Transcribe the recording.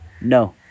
No